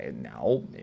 Now